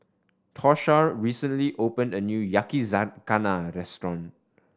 Tosha recently opened a new Yakizakana Restaurant